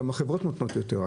הרי גם החברות נותנות יותר.